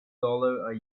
dollars